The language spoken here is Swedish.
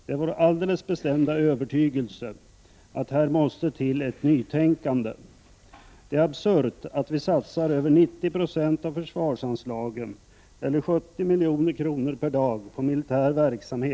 Det är vår alldeles bestämda övertygelse att här måste till ett nytänkande. Det är absurt att vi satsar över 90 96 av försvarsanslagen eller 70 milj.kr. per dag på militär verksamhet.